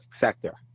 sector